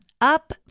Up